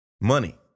money